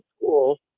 cool